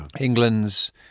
England's